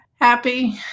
happy